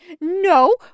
no